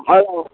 hello